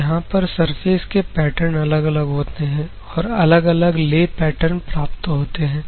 तो यहां पर सरफेस के पैटर्न अलग अलग होते हैं और अलग अलग ले पैटर्न प्राप्त होते हैं